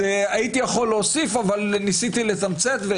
יכולתי ל אבל ניסיתי לתמצת.